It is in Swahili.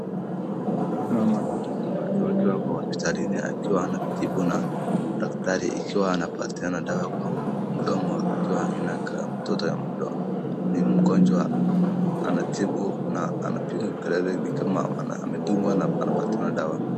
Mama na mtoto wake wakiwa kwa hospitalini akiwa anatibu na daktari. Ikiwa anapatiana dawa kwa mdomo ikiwa inakaa mtoto ni mgonjwa anatibu na anapiga kelele nikama amedungwa na anapatiwa dawa.